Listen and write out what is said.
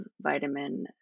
vitamin